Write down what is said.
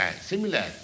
similar